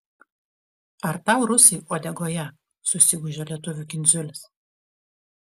ar tau rusai uodegoje susigūžia lietuvių kindziulis